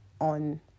on